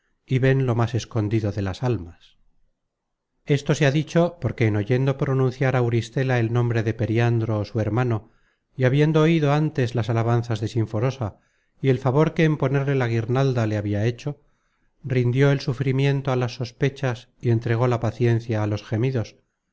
y ven lo más escondido de las almas esto se ha dicho porque en oyendo pronunciar auristela el nombre de periandro su hermano y habiendo oido antes las alabanzas de sinforosa y el favor que en ponerle la guirnalda le habia hecho rindió el sufrimiento á las sospechas y entregó la paciencia á los gemidos